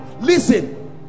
listen